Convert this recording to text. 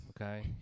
Okay